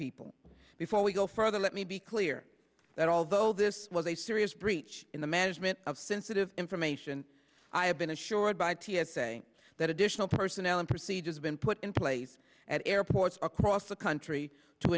people before we go further let me be clear that although this was a serious breach in the management of sensitive information i have been assured by t s a that additional personnel and procedures been put in place at airports across the country to